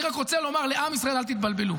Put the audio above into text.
אני רק רוצה לומר לעם ישראל, אל תתבלבלו.